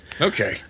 Okay